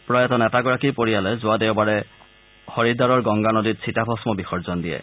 প্ৰয়াত নেতাগৰাকীৰ পৰিয়ালে যোৱা দেওবাৰে হৰিদ্বাৰৰ গংগা নদীত চিতাভস্ম বিসৰ্জন দিয়ে